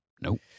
Nope